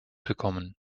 bekommen